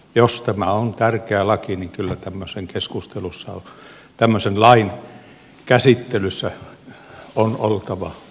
jos tämä on tärkeä laki niin kyllä tämmöisen lain käsittelyssä on oltava mukana